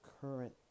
current